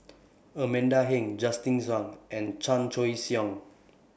Amanda Heng Justin Zhuang and Chan Choy Siong